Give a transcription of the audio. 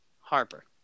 harper